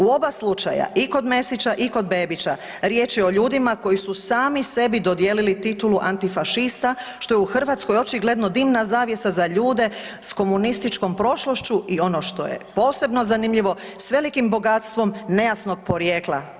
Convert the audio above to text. U oba slučaja i kod Mesića i kod Bebića riječ je o ljudima koji su sami sebi dodijelili titulu antifašista što je u Hrvatskoj očigledno dimna zavjesa za ljude s komunističkom prošlošću i ono što je posebno zanimljivo s velikim bogatstvom nejasnog porijekla.